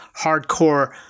hardcore